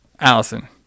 Allison